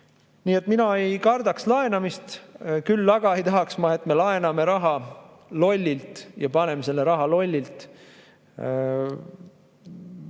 Nii et mina ei kardaks laenamist. Küll aga ei tahaks ma, et me laename raha lollilt ja [paigutame] seda raha lollilt.